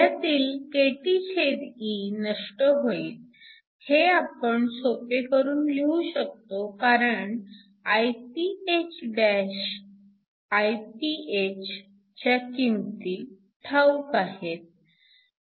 ह्यातील kTe नष्ट होईल हे आपण सोपे करून लिहू शकतो कारण Iph Iph च्या किंमती ठाऊक आहेत